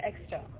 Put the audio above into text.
extra